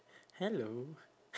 hello